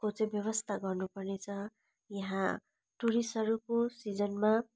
को चाहिँ व्यवस्था गर्नु पर्ने छ यहाँ टुरिस्टहरूको सिजनमा